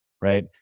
right